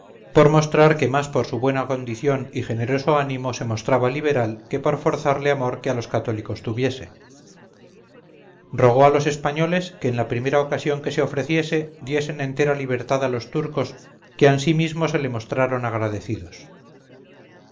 por mostrar que más por su buena condición y generoso ánimo se mostraba liberal que por forzarle amor que a los cathólicos tuviese rogó a los españoles que en la primera ocasión que se ofreciese diesen entera libertad a los turcos que ansimismo se le mostraron agradecidos